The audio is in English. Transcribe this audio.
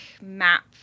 map